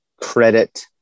credit